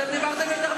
אתה מדבר שעה.